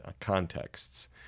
contexts